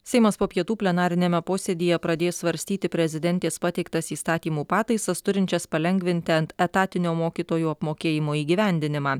seimas po pietų plenariniame posėdyje pradės svarstyti prezidentės pateiktas įstatymų pataisas turinčias palengvinti ant etatinio mokytojų apmokėjimo įgyvendinimą